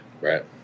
Right